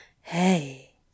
Hey